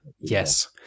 yes